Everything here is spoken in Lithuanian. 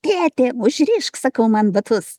tėtis užrišk sakau man batus